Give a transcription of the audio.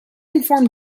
inform